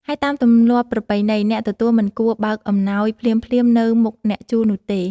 ហើយតាមទម្លាប់ប្រពៃណី អ្នកទទួលមិនគួរ បើកអំណោយភ្លាមៗ នៅមុខអ្នកជូននោះទេ។